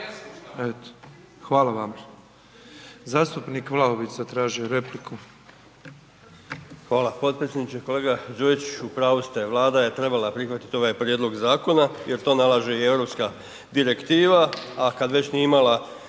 Hvala vam. Zastupnik Vlaović zatražio je repliku.